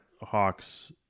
Hawks